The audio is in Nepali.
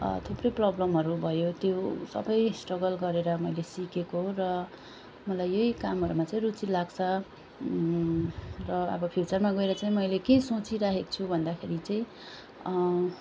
थुप्रै प्रब्लमहरू भयो त्यो सबै स्ट्रगल गरेर मैले सिकेको र मलाई यही कामहरूमा चाहिँ रुचि लाग्छ र अब फ्युचरमा गएर चाहिँ मैले के सोचिरहेको छु भन्दाखेरि चाहिँ